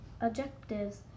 objectives